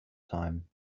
time